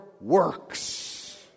works